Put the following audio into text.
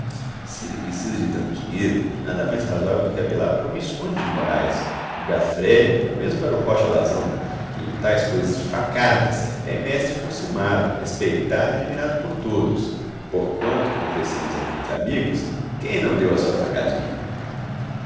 se ele precisa de tanto dinheiro nada mais razoável do que apelar para o visconde de morais o gaffrée ou mesmo para o rocha alazão que em tais coisas de facadas é mestre consumado respeitado e admirado por todos porquanto confessemos aqui entre amigos quem não deu a sua facadinha vida